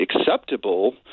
acceptable